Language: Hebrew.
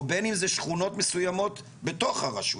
ובין אם זה בשכונות מסויימות בתוך הרשויות.